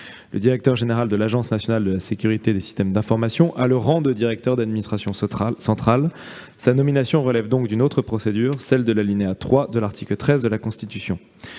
Le directeur général de l'Agence nationale de sécurité des systèmes d'information à rang de directeur d'administration centrale. Sa nomination relève donc du troisième alinéa de l'article 13 de la Constitution,